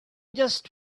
just